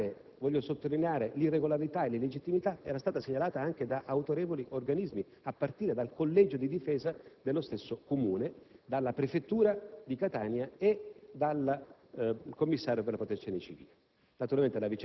nonostante (voglio sottolinearlo) l'irregolarità e l'illegittimità fossero state rilevate anche da autorevoli organismi, a partire dal collegio di difesa dello stesso Comune, dalla prefettura di Catania e dal Commissario per la protezione civile.